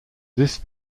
this